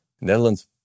Netherlands